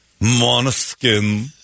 Monoskin